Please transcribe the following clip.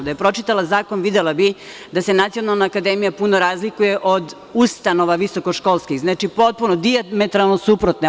Da je pročitala zakon, videla bi da se Nacionalna akademija puno razlikuje od ustanova visokoškolskih, znači, potpuno, dijametralno suprotno je.